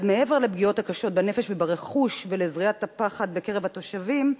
אז מעבר לפגיעות הקשות בנפש וברכוש ולזריעת הפחד בקרב התושבים,